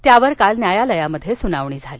त्यावर काल न्यायालयात सुनावणी झाली